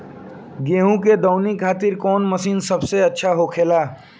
गेहु के दऊनी खातिर कौन मशीन सबसे अच्छा होखेला?